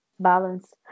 Balance